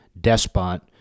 despot